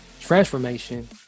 transformation